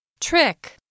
Trick